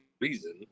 reason